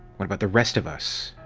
what about the rest of us?